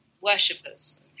worshippers